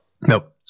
Nope